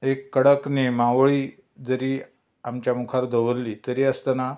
एक कडक नेमावळी जरी आमच्या मुखार दवरली तरी आसतना